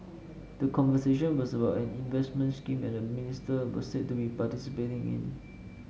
the conversation was about an investment scheme and the minister was said to be participating in